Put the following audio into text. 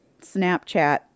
snapchat